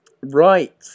Right